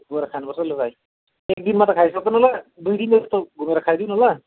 गएर खानुपर्छ लु भाइ एक दिनमा त खाइ सक्दैन होला दुई दिनजस्तो घुमेर खाइदिउँ न ल